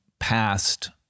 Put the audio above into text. past